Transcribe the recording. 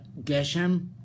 geshem